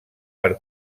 per